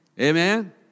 Amen